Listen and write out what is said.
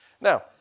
Now